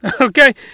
okay